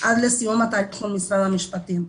עד לסיום התהליכים במשרד המשפטים.